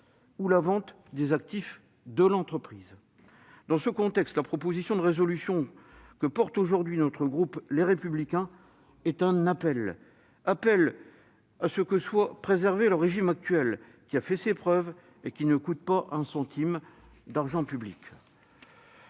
ou la vente des actifs de l'entreprise. Dans ce contexte, la proposition de résolution que porte aujourd'hui le groupe Les Républicains est un appel. Appel à ce que soit préservé le régime actuel, qui a fait ses preuves et qui ne coûte pas un centime d'argent public.